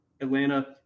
Atlanta